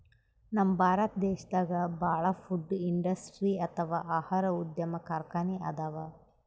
ನಮ್ ಭಾರತ್ ದೇಶದಾಗ ಭಾಳ್ ಫುಡ್ ಇಂಡಸ್ಟ್ರಿ ಅಥವಾ ಆಹಾರ ಉದ್ಯಮ್ ಕಾರ್ಖಾನಿ ಅದಾವ